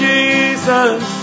Jesus